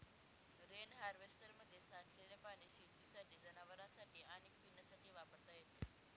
rain हार्वेस्टरमध्ये साठलेले पाणी शेतीसाठी, जनावरांनासाठी आणि पिण्यासाठी वापरता येते